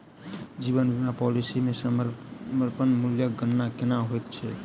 जीवन बीमा पॉलिसी मे समर्पण मूल्यक गणना केना होइत छैक?